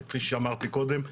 וכפי שאמרתי קודם,